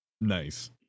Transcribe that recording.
Nice